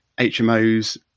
HMOs